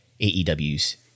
AEW's